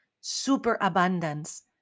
superabundance